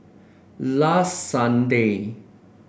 last Sunday